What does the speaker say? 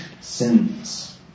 sins